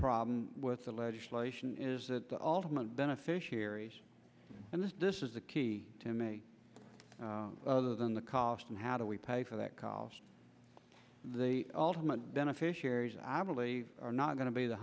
problem with the legislation is that the ultimate beneficiaries and this this is the key to me other than the cost and how do we pay for that cost the ultimate beneficiaries i believe are not going to be the